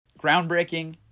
groundbreaking